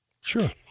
Sure